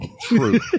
True